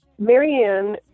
Marianne